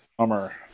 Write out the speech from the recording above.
summer